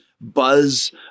buzz